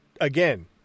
again